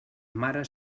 mare